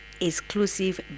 exclusive